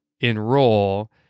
enroll